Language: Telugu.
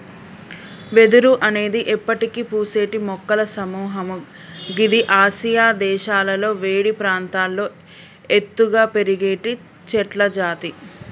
వెదురు అనేది ఎప్పటికి పూసేటి మొక్కల సముహము గిది ఆసియా దేశాలలో వేడి ప్రాంతాల్లో ఎత్తుగా పెరిగేటి చెట్లజాతి